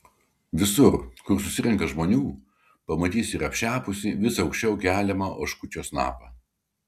visur kur susirenka žmonių pamatysi ir apšepusį vis aukščiau keliamą oškučio snapą